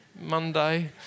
Monday